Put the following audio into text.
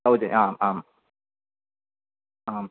भवति आम् आम् आम्